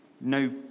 no